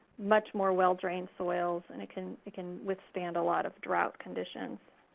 much more well-drained soils, and it can it can withstand a lot of drought conditions.